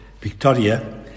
Victoria